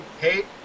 hate